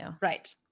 Right